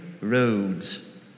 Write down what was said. roads